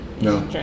No